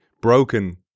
broken